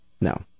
No